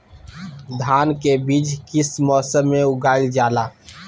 धान के बीज किस मौसम में उगाईल जाला?